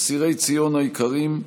אסירי ציון היקרים,